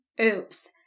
Oops